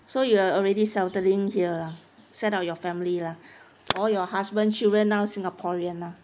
so you are already settling here ah set up your family lah all your husband children now singaporean ah